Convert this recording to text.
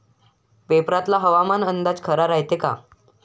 पेपरातला हवामान अंदाज खरा रायते का?